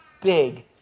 big